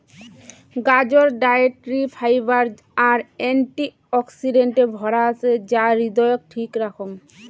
গাজর dietary fibre আর অ্যান্টি অক্সিডেন্টে ভরা আছে যা হৃদয়ক ঠিক রাখং